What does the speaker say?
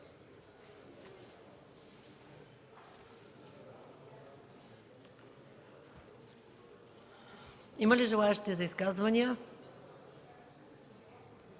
Има ли желаещи за изказвания?